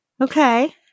Okay